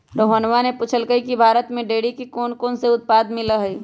रोहणवा ने पूछल कई की भारत में डेयरी के कौनकौन से उत्पाद मिला हई?